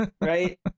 right